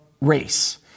race